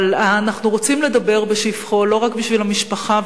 אבל אנחנו רוצים לדבר בשבחו לא רק בשביל המשפחה,